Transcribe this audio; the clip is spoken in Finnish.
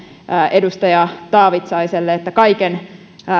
edustaja taavitsaiselle että kaiken